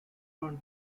sean